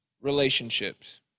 relationships